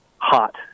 hot